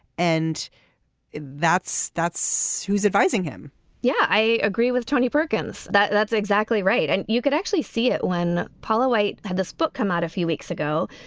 and that's that's who's advising him yeah i agree with tony perkins that that's exactly right and you could actually see it when paula white had this book come out a few weeks ago.